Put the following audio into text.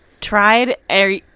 tried